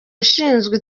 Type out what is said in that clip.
ushinzwe